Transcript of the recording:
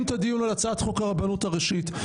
את הדיון על הצעת חוק הרבנות הראשית,